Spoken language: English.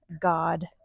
God